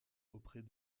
auprès